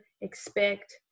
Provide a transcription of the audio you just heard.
expect